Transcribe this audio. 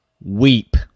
Weep